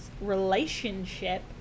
relationship